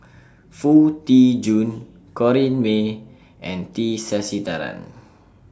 Foo Tee Jun Corrinne May and T Sasitharan